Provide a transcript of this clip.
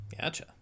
Gotcha